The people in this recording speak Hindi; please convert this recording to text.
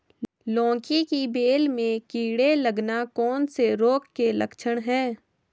लौकी की बेल में कीड़े लगना कौन से रोग के लक्षण हैं?